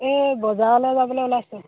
এই বজাৰলে যাবলে ওলাইছে